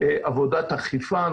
הרבה עבודת אכיפה,